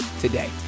today